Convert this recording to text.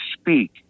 speak